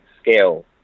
scale